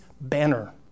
banner